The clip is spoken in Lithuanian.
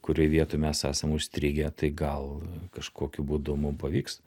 kurioj vietoj mes esam užstrigę tai gal kažkokiu būdu mum pavyks